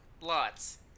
Lots